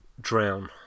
drown